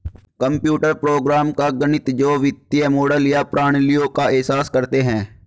computer program का गणित जो वित्तीय मॉडल या प्रणालियों का एहसास करते हैं